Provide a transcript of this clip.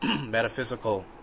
metaphysical